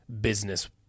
business